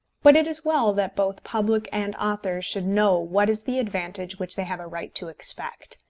but it is well that both public and authors should know what is the advantage which they have a right to expect.